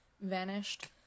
vanished